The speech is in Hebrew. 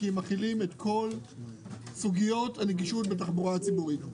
כי הם מכילים את כל סוגיות הנגישות בתחבורה הציבורית.